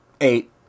eight